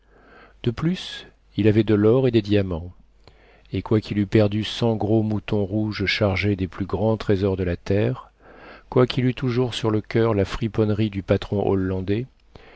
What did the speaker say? de plus il avait de l'or et des diamants et quoiqu'il eût perdu cent gros moutons rouges chargés des plus grands trésors de la terre quoiqu'il eût toujours sur le coeur la friponnerie du patron hollandais